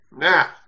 Now